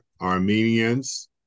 Armenians